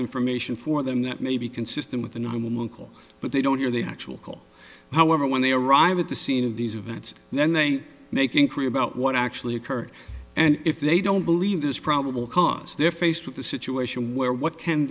information for them that may be consistent with the nine one one call but they don't hear the actual call however when they arrive at the scene of these events and then they make in korea about what actually occurred and if they don't believe there's probable cause they're faced with a situation where what can